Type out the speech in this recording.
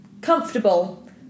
comfortable